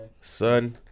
son